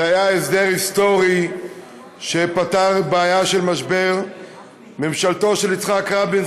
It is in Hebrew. זה היה הסדר היסטורי שפתר בעיה של משבר בממשלתו של יצחק רבין,